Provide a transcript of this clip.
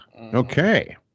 Okay